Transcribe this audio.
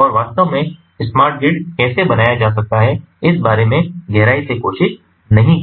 और वास्तव में स्मार्ट ग्रिड कैसे बनाया जा सकता है इस बारे में गहराई से कोशिश नहीं कर रहे है